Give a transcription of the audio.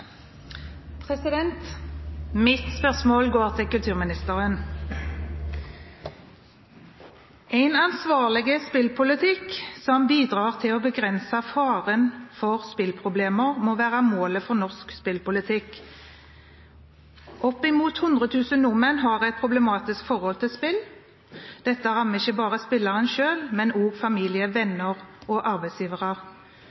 Mitt spørsmål går til kulturministeren. «En ansvarlig spillpolitikk som bidrar til å begrense faren for spillproblemer må være målet for norsk spillpolitikk. Over 100 000 nordmenn har et problematisk forhold til spill. Dette rammer ikke bare spilleren selv, men også familie, venner og arbeidsgivere.»